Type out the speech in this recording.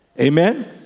Amen